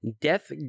Death